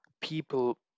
people